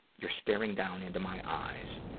you're staring down into my eyes.